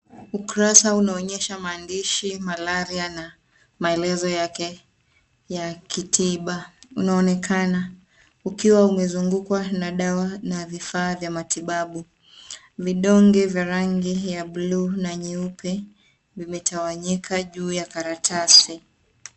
Ukurasa unaonyesha maandishi Malaria na maelezo yake ya kitiba unaonekana ukiwa umezungukwa na dawa na vifaa vya matibabu. Vidonge vya rangi ya bluu na nyeupe vimetawanyika juu ya karatasi.